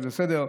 זה בסדר.